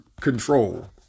control